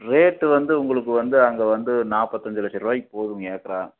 rate வந்து உங்களுக்கு வந்து அங்கே வந்து நாற்பத்தஞ்சி லட்ச ரூபாய்க்கு போகும் ஏக்கரா